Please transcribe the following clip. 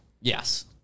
Yes